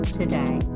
today